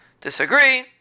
disagree